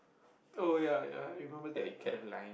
oh ya ya I remember that